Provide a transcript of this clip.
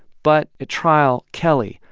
but at trial, kelley,